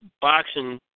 boxing